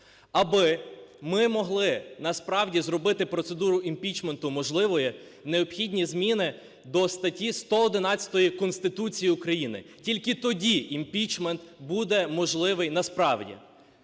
Аби ми могли насправді зробити процедуру імпічменту можливою, необхідні зміни до статті 111 Конституції України. Тільки тоді імпічмент буде можливий насправді.